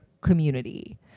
community